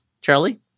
Charlie